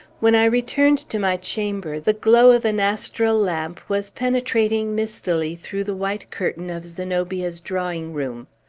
when i returned to my chamber, the glow of an astral lamp was penetrating mistily through the white curtain of zenobia's drawing-room.